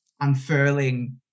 unfurling